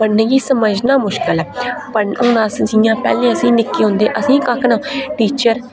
पढ़ने गी समझना मुश्कल ऐ हून अस जि'यां पैहले असेंगी निक्के हुंदे असेंगी कक्ख नहा टीचर